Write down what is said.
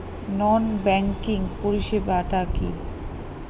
নন banking পরিষেবা টা কি?